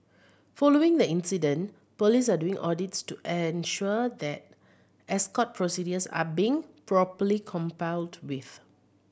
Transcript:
following the incident police are doing audits to ensure that escort procedures are being properly with